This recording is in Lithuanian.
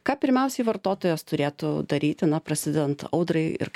ką pirmiausiai vartotojas turėtų daryti na prasidedant audrai ir